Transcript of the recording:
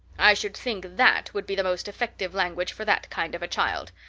i should think that would be the most effective language for that kind of a child.